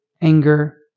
anger